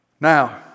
Now